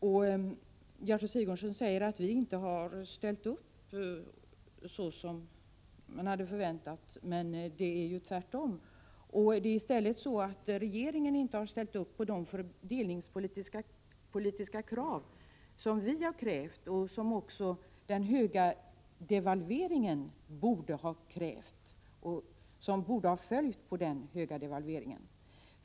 Gertrud Sigurdsen säger att vi inte har ställt upp på det sätt man hade förväntat, men det är tvärtom. Det är i stället så att regeringen inte har ställt upp på de fördelningspolitiska krav som vi har ställt och som borde ha följt på den höga devalveringen.